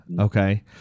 okay